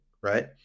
right